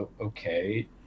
Okay